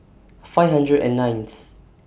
five hundred and nineth